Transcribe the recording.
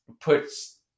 puts